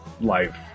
life